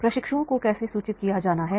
प्रशिक्षुओं को कैसे सूचित किया जाना है